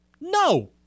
No